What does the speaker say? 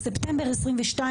בספטמבר 2022,